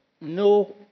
No